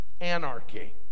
Anarchy